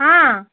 ହଁ